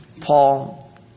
Paul